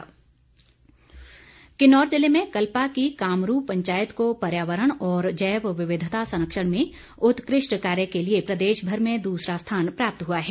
पर्यावरण संरक्षण किन्नौर जिले में कल्पा की कामरू पंचायत को पर्यावरण और जैव विविधता संरक्षण में उत्कृष्ट कार्य के लिए प्रदेश भर में दूसरा स्थान प्राप्त हुआ है